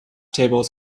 tables